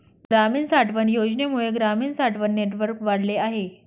ग्रामीण साठवण योजनेमुळे ग्रामीण साठवण नेटवर्क वाढले आहे